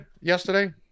yesterday